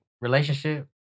relationship